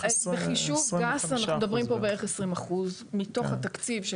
בחישוב גס אנחנו מדברים על כ-20% מתוך התקציב של